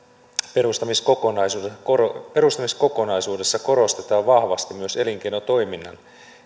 perustamiskokonaisuudessa korostetaan perustamiskokonaisuudessa korostetaan vahvasti myös elinkeinotoiminnan